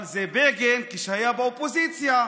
אבל זה בגין כשהיה באופוזיציה.